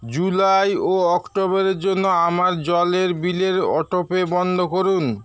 July ও অক্টোবরের জন্য আমার জলের বিলের অটো পে বন্ধ করুন